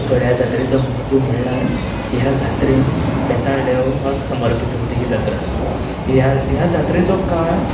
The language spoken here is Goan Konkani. गड्यां जात्रेचो म्हत्व म्हणल्यार ह्या जात्रेन बेताळ देवाक समर्पीत उरता ही जात्रा ह्या ह्या जात्रेचो काळ